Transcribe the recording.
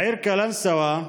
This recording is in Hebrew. בעיר קלנסווה,